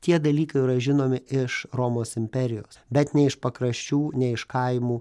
tie dalykai jau yra žinomi iš romos imperijos bet ne iš pakraščių ne iš kaimų